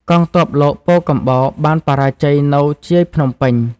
កងទ័ពលោកពោធិកំបោរបានបរាជ័យនៅជាយភ្នំពេញ។